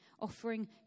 offering